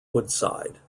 woodside